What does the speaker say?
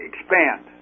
expand